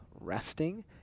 resting